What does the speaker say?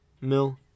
mill